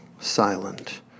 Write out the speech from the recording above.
silent